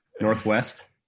Northwest